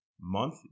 month